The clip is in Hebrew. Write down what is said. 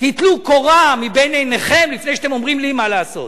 תיטלו קורה מבין עיניכם לפני שאתם אומרים לי מה לעשות.